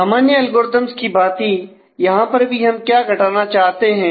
सामान्य एल्गोरिथम्स की भांति यहां पर भी हम क्या घटाना चाहते हैं